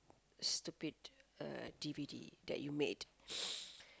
stupid uh D_V_D that you made